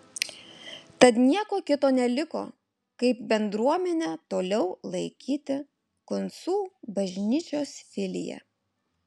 tad nieko kito neliko kaip bendruomenę toliau laikyti kuncų bažnyčios filija